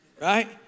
right